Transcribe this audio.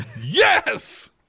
yes